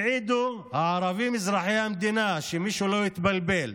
הערבים אזרחי המדינה, שמישהו לא יתבלבל,